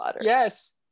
yes